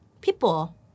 People